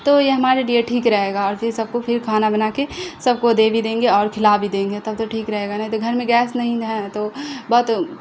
تو یہ ہمارے لیے ٹھیک رہے گا اور پھر سب کو پھر کھانا بنا کے سب کو دے بھی دیں گے اور کھلا بھی دیں گے تب تو ٹھیک رہے گا نا تو گھر میں گیس نہیں نا ہے تو بہت